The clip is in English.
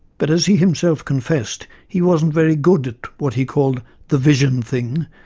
but as he himself confessed, he wasn't very good at what he called the vision thing,